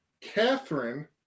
Catherine